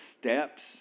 steps